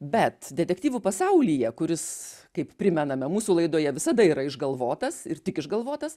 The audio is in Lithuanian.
bet detektyvų pasaulyje kuris kaip primename mūsų laidoje visada yra išgalvotas ir tik išgalvotas